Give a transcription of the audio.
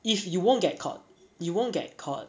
if you won't get caught you won't get caught